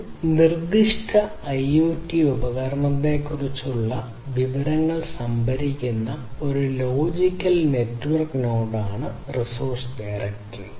ഒരു നിർദ്ദിഷ്ട ഐഒടി ഉപകരണങ്ങളെക്കുറിച്ചുള്ള വിവരങ്ങൾ സംഭരിക്കുന്ന ഒരു ലോജിക്കൽ നെറ്റ്വർക്ക് നോഡാണ് റിസോഴ്സ് ഡയറക്ടറി